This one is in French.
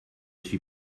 suis